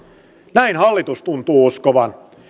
näin hallitus tuntuu uskovan